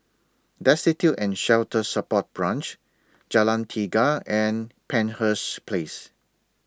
Destitute and Shelter Support Branch Jalan Tiga and Penshurst Place